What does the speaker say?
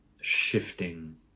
shifting